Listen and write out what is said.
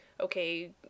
okay